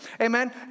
Amen